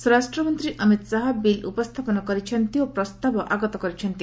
ସ୍ୱରାଷ୍ଟମନ୍ତୀ Amit Shah bill ଉପସ୍ତାପନ କରିଛନ୍ତି ଓ ପ୍ରସ୍ତାବ ଆଗତ କରିଛନ୍ତି